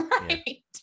Right